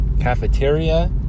cafeteria